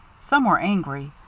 some were angry,